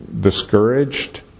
discouraged